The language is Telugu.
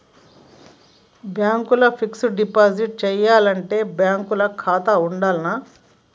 బ్యాంక్ ల ఫిక్స్ డ్ డిపాజిట్ చేయాలంటే బ్యాంక్ ల ఖాతా ఉండాల్నా?